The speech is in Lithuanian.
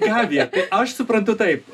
gabija aš suprantu taip